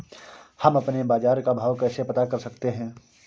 हम अपने बाजार का भाव कैसे पता कर सकते है?